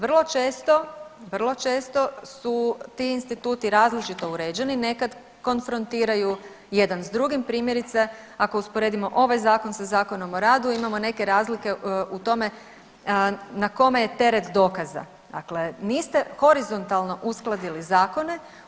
Vrlo često, vrlo često su ti instituti različito uređeni, nekad konfrontiraju jedan s drugim, primjerice ako usporedimo ovaj zakon sa Zakonom o radu imamo neke razlike u tome na kome je teret dokaza, dakle niste horizontalno uskladili zakone.